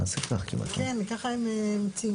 המילים "10 מ"מ לרוחב" יימחקו,